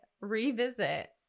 revisit